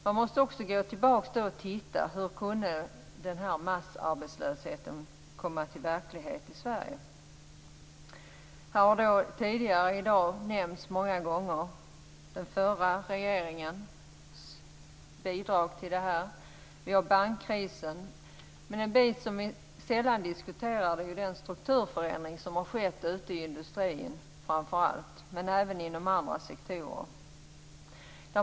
Man måste också gå tillbaka i tiden och titta på hur massarbetslösheten kunde bli verklighet i Sverige. Tidigare i dag har många gånger nämnts den förra regeringens bidrag till det. Vi har bankkrisen. Men något vi sällan diskuterar är den strukturförändring som har skett framför allt i industrin, men även inom andra sektorer.